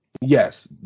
Yes